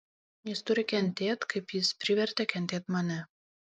jis turi kentėt kaip jis privertė kentėt mane